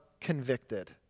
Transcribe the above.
convicted